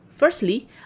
Firstly